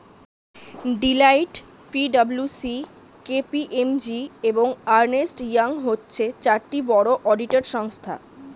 Deloitte, P W C, K P M G, এবং Ernst Young হচ্ছে চারটি বড় অডিটর সংস্থা